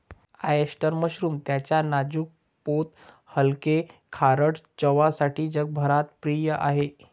oyster mushroom त्याच्या नाजूक पोत हलके, खारट चवसाठी जगभरात प्रिय आहे